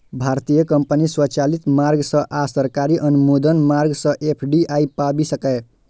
भारतीय कंपनी स्वचालित मार्ग सं आ सरकारी अनुमोदन मार्ग सं एफ.डी.आई पाबि सकैए